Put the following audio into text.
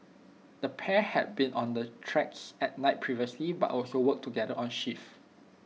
the pair had been on the tracks at night previously but also worked together on shifts